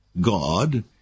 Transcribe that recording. God